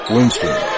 Winston